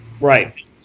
Right